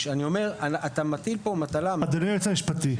אני אומר שאתה מטיל פה מטלה --- אדוני היועץ המשפטי,